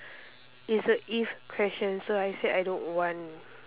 it's a if question so I said I don't want